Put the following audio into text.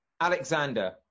Alexander